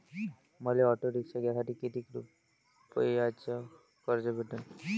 मले auto rickshaw घ्यासाठी कितीक रुपयाच कर्ज भेटनं?